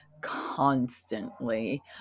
constantly